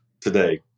today